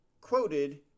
quoted